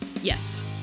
Yes